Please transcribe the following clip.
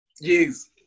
yes